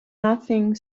nothing